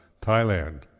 Thailand